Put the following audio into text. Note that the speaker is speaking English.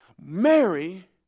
Mary